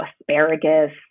asparagus